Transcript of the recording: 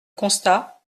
constat